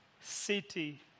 city